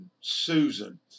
Susan